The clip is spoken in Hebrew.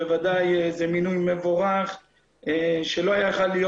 בוודאי זה מינוי מבורך שלא יכול להיות